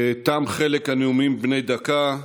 תם חלק הנאומים בני דקה.